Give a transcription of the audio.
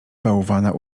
bałwana